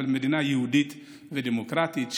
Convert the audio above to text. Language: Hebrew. אבל מדינה יהודית ודמוקרטית,